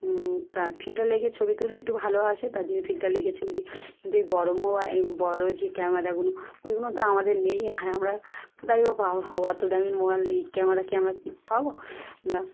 তার ফিল্টার লাগিয়ে ছবি তুললে একটু ভালো আসে তার জন্যে ফিল্টার লাগিয়ে ছবি দিই কিন্তু এই বড়ো মোবাইল বড়ো যে ক্যামেরাগুলো ওইগুলো তো আমাদের নেই আর আমরা কোথায় ও পাবো অত দামের মোবাইলই এই ক্যামেরা কি আমরা কী পাবো আমরা